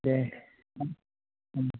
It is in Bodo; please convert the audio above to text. दे